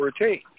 routine